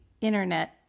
internet